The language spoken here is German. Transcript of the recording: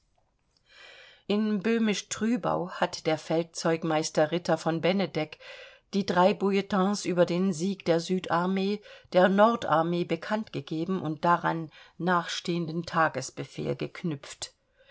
in böhmisch trübau hat der feldzeugmeister ritter von benedek die drei bulletins über den sieg der süd armee der nord amee bekannt gegeben und daran nachstehenden tagesbefehl geknüpft